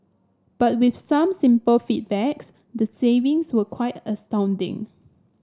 but with some simple feedback's the savings were quite astounding